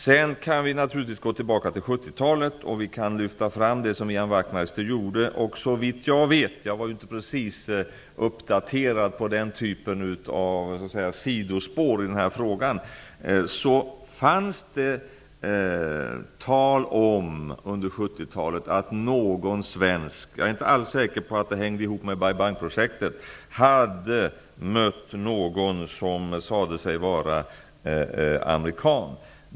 Man kan naturligtvis gå tillbaka till 70-talet och lyfta fram det som Ian Wachtmeister här tog upp. Såvitt jag vet, utan att vara uppdaterad på den typen av sidospår i den här frågan, var det då tal om att en svensk -- jag är inte alls säker på att det hängde ihop med Bai Bang-projektet -- hade mött någon som sade sig vara amerikan.